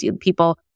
people